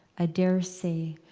ah dare say,